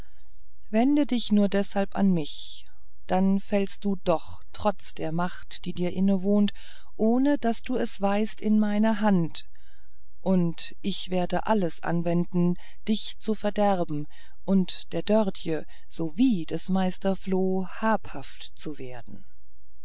wende dich nur deshalb an mich denn fällst du doch trotz der macht die dir inwohnt ohne daß du es weißt in meine hand und ich werde alles anwenden dich zu verderben und der dörtje sowie des meisters floh habhaft zu werden